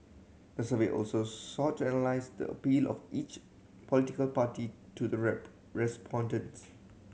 the survey also sought to analyse the appeal of each political party to the respondents